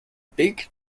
big